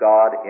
God